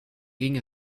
ging